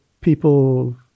people